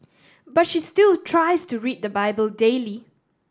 but she still tries to read the Bible daily